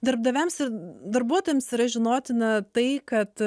darbdaviams ir darbuotojams yra žinotina tai kad